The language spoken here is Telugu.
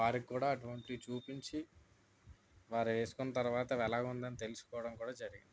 వారికి కూడా అటువంటివి చూపించి వారు వేసుకున్న తర్వాత అవి ఎలాగుందని తెలుసుకోవడం కూడా జరిగింది